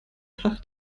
tag